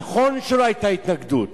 נכון שלא היתה התנגדות,